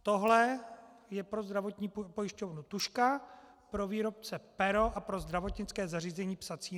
Tohle je pro zdravotní pojišťovnu tužka, pro výrobce pero a pro zdravotnické zařízení psací náčiní.